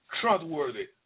trustworthy